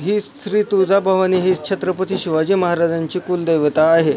ही श्री तुळजाभवानी ही छत्रपती शिवाजी महाराजांची कुलदैवता आहे